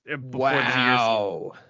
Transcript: Wow